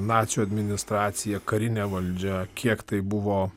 nacių administracija karinė valdžia kiek tai buvo